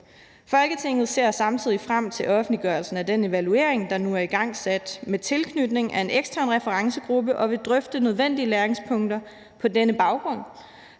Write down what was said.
Folketinget ser samtidig frem til offentliggørelsen af den evaluering, der nu er igangsat med tilknytning af en ekstern referencegruppe, og vil drøfte nødvendige læringspunkter på denne baggrund